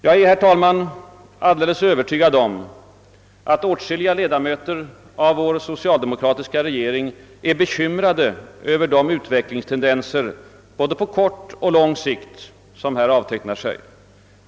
Jag är, herr talman, alldeles övertygad om att åtskilliga ledamöter av vår socialdemokratiska regering är bekymrade över de utvecklingstendenser, både på kort och på lång sikt, som här avtecknar sig.